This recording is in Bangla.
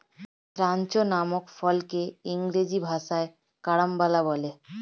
ক্রাঞ্চ নামক ফলকে ইংরেজি ভাষায় কারাম্বলা বলে